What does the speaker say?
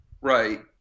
Right